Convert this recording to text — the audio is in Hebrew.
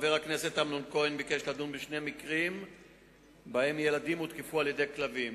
(1 באפריל 2009): בנתניה ובכפר-סבא הותקפו ילדים על-ידי כלבים,